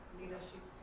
leadership